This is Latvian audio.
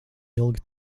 ilgi